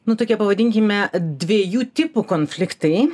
nu tokie pavadinkime dviejų tipų konfliktai